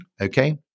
okay